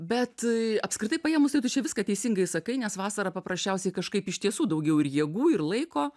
bet apskritai paėmus tai tu čia viską teisingai sakai nes vasarą paprasčiausiai kažkaip iš tiesų daugiau jėgų ir laiko